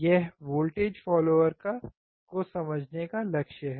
यह voltage follower को समझने का लक्ष्य है